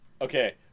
Okay